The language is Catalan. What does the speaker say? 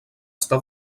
està